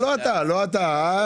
לא אתה, לא אתה.